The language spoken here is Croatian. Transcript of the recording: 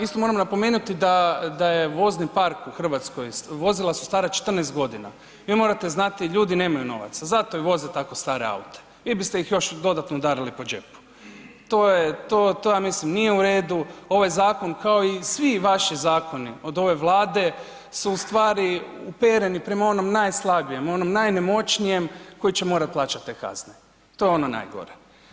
Isto moram napomenuti da je vozni park u RH, vozila su stara 14.g., vi morate znati ljudi nemaju novaca, zato i voze tako stare aute, vi biste ih još dodatno udarili po džepu, to je, to ja mislim nije u redu, ovaj zakon kao i svi vaši zakoni od ove Vlade su u stvari upereni prema onom najslabijem, onom najnemoćnijem koji će morat plaćat te kazne, to je ono najgore.